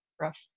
rough